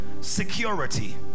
security